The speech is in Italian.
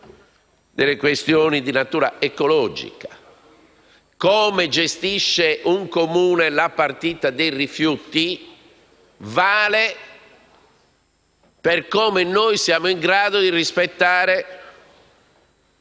delle questioni di natura ecologica: come un Comune gestisce la partita dei rifiuti vale per come noi siamo in grado di rispettare